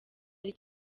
ari